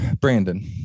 Brandon